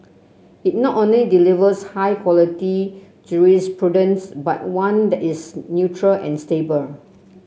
it not only delivers high quality jurisprudence but one that is neutral and stable